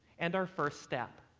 and our first step,